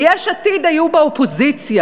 ויש עתיד היו באופוזיציה.